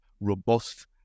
robust